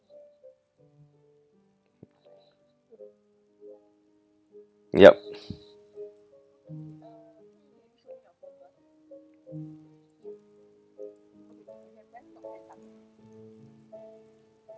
yup